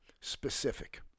specific